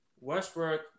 Westbrook